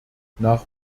nach